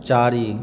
चारि